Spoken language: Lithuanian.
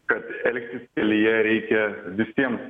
kad elgtis kelyje reikia visiems